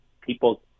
people